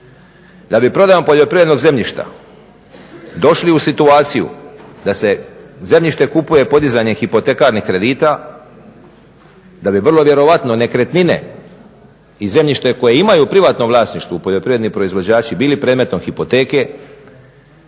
da bi prodajom poljoprivrednog zemljišta došli u situaciju da se zemljište kupuje podizanjem hipotekarnih kredita da bi vrlo vjerojatno nekretnine i zemljište koje imaju u privatnom vlasništvu poljoprivredni proizvođači bili predmetom hipoteke